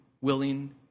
willing